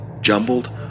jumbled